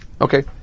Okay